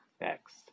next